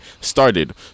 Started